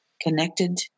connected